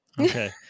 okay